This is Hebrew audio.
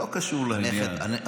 זה לא קשור לעניין.